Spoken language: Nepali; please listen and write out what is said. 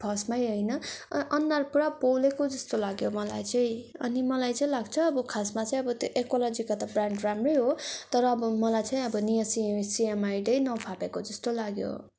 फर्स्टमै होइन अँ अनुहार पुरा पोलेको जस्तो लाग्यो मलाई चाहिँ अनि मलाई चाहिँ लाग्छ अब खासमा चाहिँ अब त्यो एक्वालोजिको त ब्रान्ड राम्रै हो तर अब मलाई चाहिँ अब नियासिनामाइडै नफापेको जस्तो लाग्यो